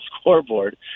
scoreboard